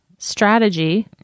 strategy